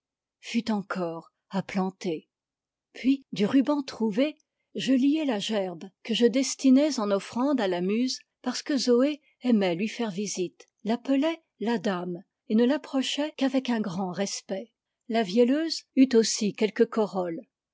fût encore à planter puis du ruban trouvé je liai la gerbe que je destinais en offrande à la muse parce que zoé aimait lui faire visite l'appelait la dame et ne l'approchait qu'avec un grand respect la vielleuse eut aussi quelques corolles